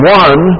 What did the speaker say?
one